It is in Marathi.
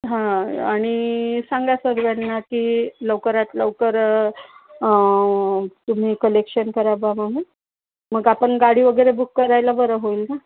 हा आणि सांगा सगळ्यांना की लवकरात लवकर तुम्ही कलेक्शन करा बाबा मग आपण गाडी वगैरे बुक करायला बरं होईल ना